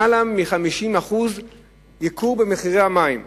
יותר מ-50% ייקור של המים.